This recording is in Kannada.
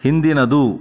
ಹಿಂದಿನದು